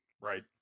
Right